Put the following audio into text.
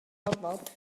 ormod